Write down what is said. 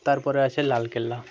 তারপরে আছে লাল কেল্লা